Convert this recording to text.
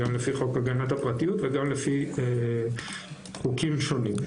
גם לפי חוק הגנת הפרטיות וגם לפי חוקים שונים.